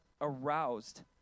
aroused